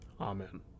amen